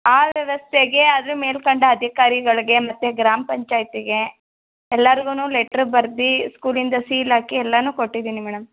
ಅದ್ರ ಮೇಲ್ಕಂಡ ಅಧಿಕಾರಿಗಳಿಗೆ ಮತ್ತು ಗ್ರಾಮಪಂಚಾಯ್ತಿಗೆ ಎಲ್ಲಾರ್ಗು ಲೆಟ್ರ್ ಬರ್ದು ಸ್ಕೂಲಿಂದ ಸೀಲಾಕಿ ಎಲ್ಲಾ ಕೊಟ್ಟಿದ್ದೀನಿ ಮೇಡಮ್